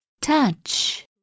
Touch